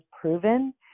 proven